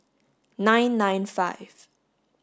nine nine five